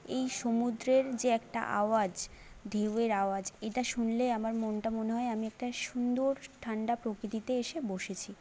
এই সমুদ্রের যে একটা আওয়াজ ঢেউয়ের আওয়াজ এটা শুনলেই আমার মনটা মনে হয় আমি একটা সুন্দর ঠান্ডা প্রকৃতিতে এসে বসেছি